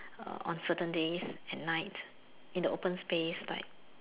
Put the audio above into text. uh on certain days and night in the open space like